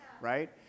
right